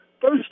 first